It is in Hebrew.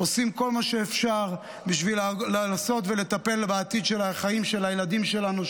עושים כל מה שאפשר בשביל לנסות ולטפל בעתיד של החיים של הילדים שלנו,